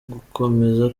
gukomeza